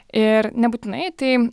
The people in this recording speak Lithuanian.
ir nebūtinai tai